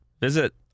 Visit